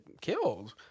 killed